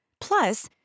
Plus